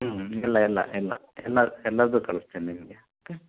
ಹ್ಞೂ ಎಲ್ಲ ಎಲ್ಲ ಎಲ್ಲ ಎಲ್ಲಾ ಎಲ್ಲದು ಕಳಸ್ತೀನಿ ನಿಮಗೆ ಓಕೆ